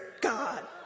God